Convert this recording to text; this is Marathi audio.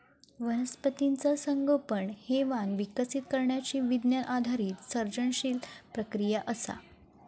वनस्पतीचा संगोपन हे वाण विकसित करण्यची विज्ञान आधारित सर्जनशील प्रक्रिया असा